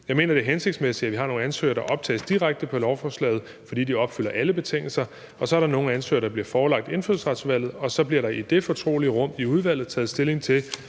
Jeg mener, det er hensigtsmæssigt, at vi har nogle ansøgere, der optages direkte på lovforslaget, fordi de opfylder alle betingelser, og så er der nogle ansøgere, der bliver forelagt Indfødsretsudvalget. Og så bliver der i det fortrolige rum i udvalget taget stilling til,